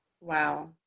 Wow